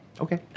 Okay